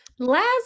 Last